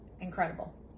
incredible